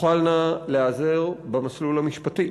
תוכלנה להיעזר במסלול המשפטי,